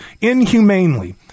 inhumanely